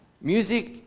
Music